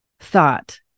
thought